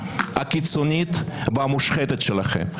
הקיצונית והמושחתת שלכם.